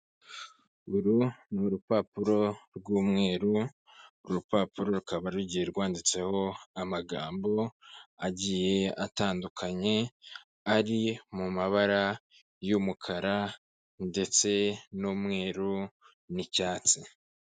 Uru ni urupapuro rw'umweru, urupapuro rukaba rugiye rwanditseho amagambo agiye atandukanye ari mu mabara y'umukara ndetse n'umweru n'icyatsi.